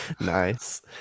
nice